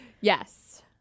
yes